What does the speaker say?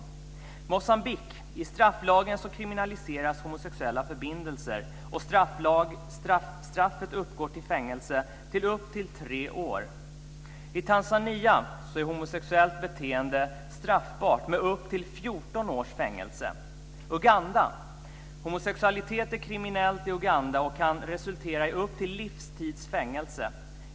I Moçambiques strafflag kriminaliseras homosexuella förbindelser. Straffet uppgår till fängelse upp till tre år. I Tanzania är homosexuellt beteende straffbart med upp till 14 års fängelse. I Uganda är homosexualitet kriminellt och kan resultera i upp till livstids fängelse.